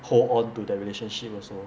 hold on to that relationship also